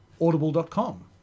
audible.com